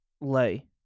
Lay